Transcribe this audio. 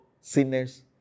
sinners